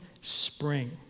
spring